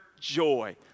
joy